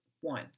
One